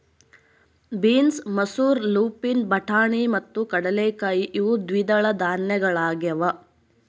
beans ಮಸೂರ lupin ಬಟಾಣಿ ಮತ್ತು ಕಡಲೆಕಾಯಿ ಇವು ದ್ವಿದಳ ಧಾನ್ಯಗಳಾಗ್ಯವ